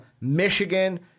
Michigan